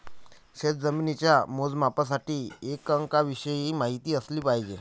शेतजमिनीच्या मोजमापाच्या एककांविषयी माहिती असली पाहिजे